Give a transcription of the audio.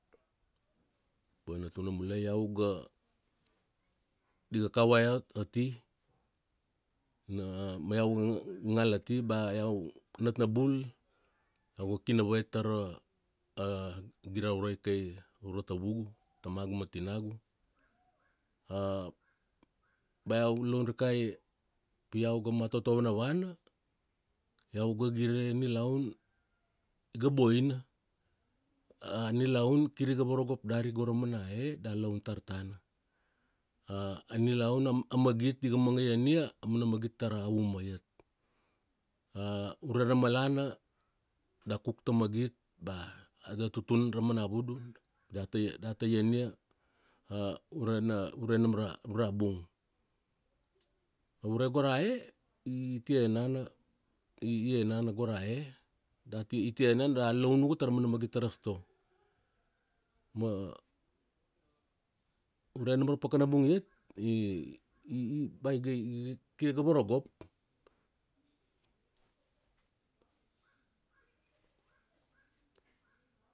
Boina tuna mualai, iau ga, di ga kava iau ati. Na, ma iau ga ngala ati, ba iau natnabul, iau ga ki navavai tara giraurai kai, ra urua tavugu, tamagu ma tinagu. Ba iau laun rikai pi iau ga matoto vanavana, iau ga gire nilaun, iga boina. A nilaun kiriga varagop dari go ra mana e, da laun tar tana. A nilaun amana magit di ga manga ienia, aumana magit tara uma iat. Ure ra malana, da kuk ta magit ba ave tutun ra umana vudu, data data ienia, ure na, u re nam ra, u ra bung. Ure go ra e, i tie enana. I enana go ra e. Dat i, ti enana, da laun uga tara umana magit tara sto. Ma, ure nam ra pakana bungiat i bea ga, i kir iga varagop